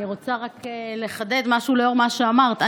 אני רוצה רק לחדד משהו לאור מה שאמרת.